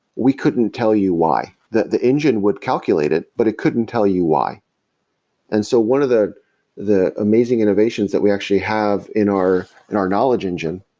we couldn't tell you why. the the engine would calculate it, but it couldn't tell you why and so one of the the amazing innovations that we actually have in our and our knowledge engine,